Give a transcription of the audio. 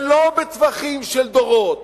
ולא בטווחים של דורות,